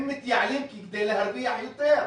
הם מתייעלים כדי להרוויח יותר,